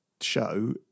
show